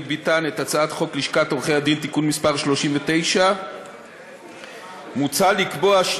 ביטן את הצעת חוק לשכת עורכי-הדין (תיקון מס' 39). מוצע לקבוע,